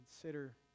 consider